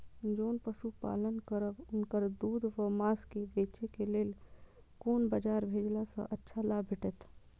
जोन पशु पालन करब उनकर दूध व माँस के बेचे के लेल कोन बाजार भेजला सँ अच्छा लाभ भेटैत?